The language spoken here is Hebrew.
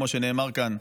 כמו שנאמר כאן,